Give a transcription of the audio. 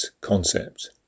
concept